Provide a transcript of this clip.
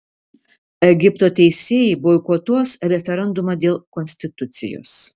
egipto teisėjai boikotuos referendumą dėl konstitucijos